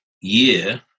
year